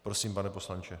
Prosím, pane poslanče.